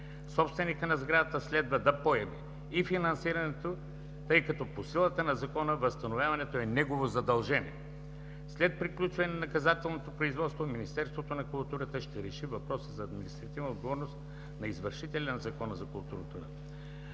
Собственикът на сградата следва да поеме и финансирането, тъй като по силата на закона възстановяването е негово задължение. След приключване на наказателното производство Министерството на културата ще реши въпроса за административната отговорност на извършителя по Закона за културата.